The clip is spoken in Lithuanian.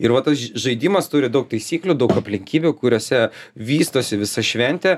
ir va tas žaidimas turi daug taisyklių daug aplinkybių kuriose vystosi visa šventė